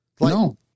No